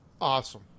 Awesome